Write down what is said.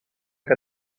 que